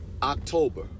October